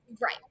Right